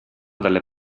dalle